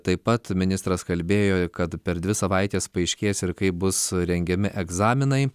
taip pat ministras kalbėjo kad per dvi savaites paaiškės ir kaip bus rengiami egzaminai